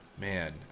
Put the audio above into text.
Man